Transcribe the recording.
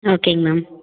ஓகேங்க மேம்